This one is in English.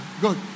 Good